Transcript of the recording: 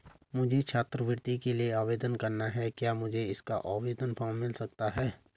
मुझे छात्रवृत्ति के लिए आवेदन करना है क्या मुझे इसका आवेदन फॉर्म मिल सकता है?